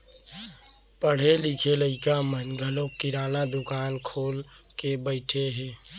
पढ़े लिखे लइका मन घलौ किराना दुकान खोल के बइठे हें